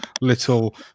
little